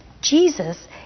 Jesus